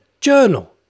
journal